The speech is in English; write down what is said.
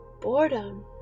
Boredom